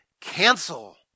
cancel